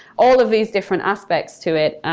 all of these different aspects to it.